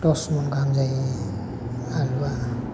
दसमन गाहाम जायो आलुआ